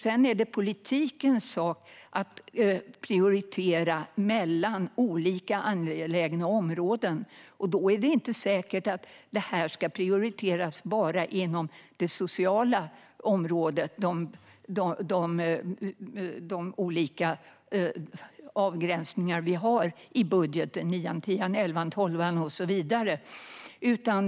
Sedan är det politikens sak att prioritera mellan olika angelägna områden, och då är det inte säkert att det här ska prioriteras bara inom det sociala området. Vi har ju avgränsade budgetområden i budgeten - nian, tian, elvan, tolvan och så vidare.